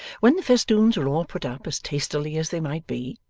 when the festoons were all put up as tastily as they might be,